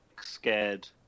scared